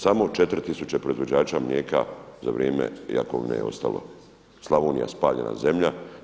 Samo 4000 proizvođača mlijeka za vrijeme Jakovine je ostalo, Slavonija spaljena zemlja.